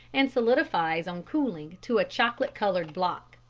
and solidifies on cooling to a chocolate coloured block.